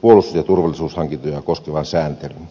puolustus ja turvallisuushankintoja koskevan sääntelyn